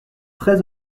très